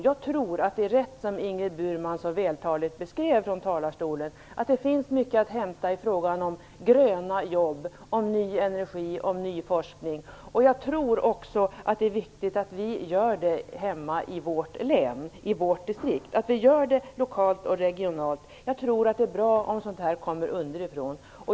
Jag tror, som Ingrid Burman så vältaligt beskrev från talarstolen, att det finns mycket att hämta i fråga om gröna jobb, ny energi och ny forskning. Jag tror också att det är viktigt att vi arbetar med detta hemma i vårt län, i vårt distrikt, att vi gör det lokalt och regionalt. Jag tror att det är bra om sådant här kommer underifrån.